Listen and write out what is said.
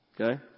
Okay